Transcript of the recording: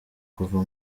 kuva